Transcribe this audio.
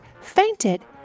fainted